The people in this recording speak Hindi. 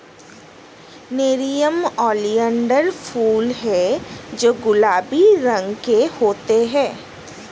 नेरियम ओलियंडर फूल हैं जो गुलाबी रंग के होते हैं